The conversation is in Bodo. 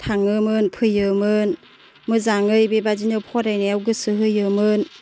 थाङोमोन फैयोमोन मोजाङै बेबायदिनो फरायनायाव गोसो होयोमोन